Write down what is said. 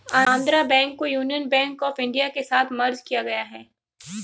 Andhra Bank को Union Bank of India के साथ मर्ज किया गया है